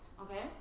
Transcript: okay